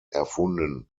erfunden